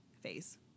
phase